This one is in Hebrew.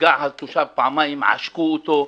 התושב נפגע פעמיים, עשקו אותו.